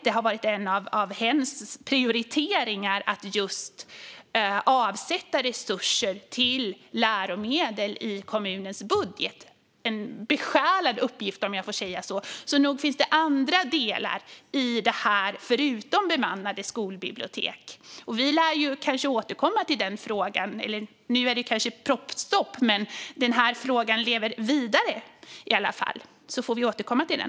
Det har varit en av hens prioriteringar att just avsätta resurser till läromedel i kommunens budget. Det är en besjälad uppgift, om jag får säga så. Så nog finns det andra delar i detta förutom bemannade skolbibliotek. Vi lär återkomma till denna fråga. Nu är det kanske propositionsstopp, men frågan lever vidare i alla fall. Vi får återkomma till den.